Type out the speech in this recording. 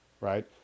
right